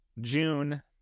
June